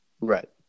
Right